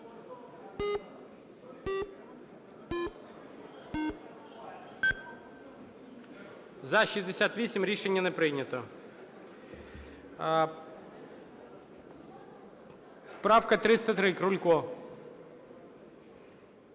За-68 Рішення не прийнято. Правка 303, Крулько.